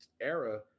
era